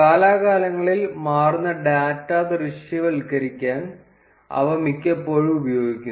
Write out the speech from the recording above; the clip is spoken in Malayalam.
കാലാകാലങ്ങളിൽ മാറുന്ന ഡാറ്റ ദൃശ്യവൽക്കരിക്കാൻ അവ മിക്കപ്പോഴും ഉപയോഗിക്കുന്നു